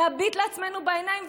להביט לעצמנו בעיניים,